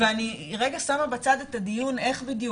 אני רגע שמה בצד את הדיון איך בדיוק.